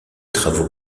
travaux